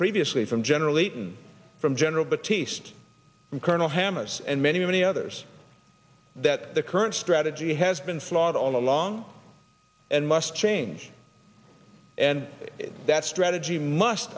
previously from general eaton from general batiste and colonel hemis and many many others that the current strategy has been flawed all along and must change and that strategy must